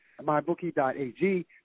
mybookie.ag